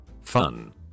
Fun